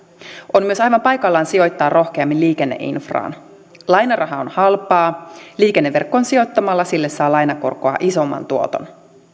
on myös aivan paikallaan sijoittaa rohkeammin liikenneinfraan lainaraha on halpaa liikenneverkkoon sijoittamalla sille saa lainakorkoa isomman tuoton